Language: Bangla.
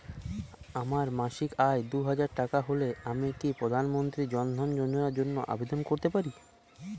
আমার মাসিক আয় দুহাজার টাকা হলে আমি কি প্রধান মন্ত্রী জন ধন যোজনার জন্য আবেদন করতে পারি?